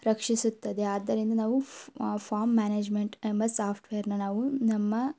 ರಕ್ಷಿಸುತ್ತದೆ ಆದ್ದರಿಂದ ನಾವು ಫಾಮ್ ಮ್ಯಾನೇಜ್ಮೆಂಟ್ ಎಂಬ ಸಾಫ್ಟ್ವೇರನ್ನ ನಾವು ನಮ್ಮ